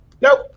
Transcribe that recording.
nope